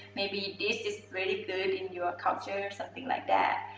maybe this is really good in your culture, something like that.